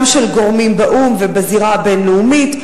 גם של גורמים באו"ם ובזירה הבין-לאומית,